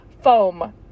foam